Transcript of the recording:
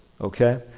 okay